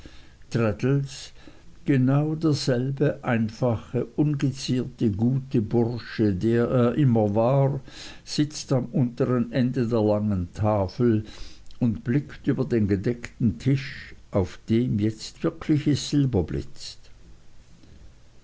genau derselbe einfache ungezierte gute bursche der er immer war sitzt am untern ende der langen tafel und blickt über den gedeckten tisch auf dem jetzt wirkliches silber blitzt